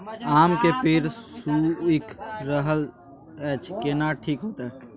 आम के पेड़ सुइख रहल एछ केना ठीक होतय?